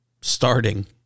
starting